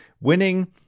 winning